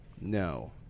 No